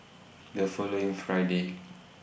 The following Friday